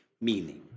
meaning